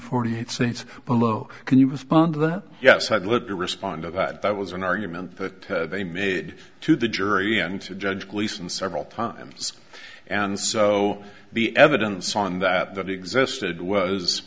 forty eight states below can you respond to the yes side look to respond to that that was an argument that they made to the jury and to judge gleason several times and so the evidence on that that existed was